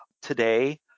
Today